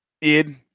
Id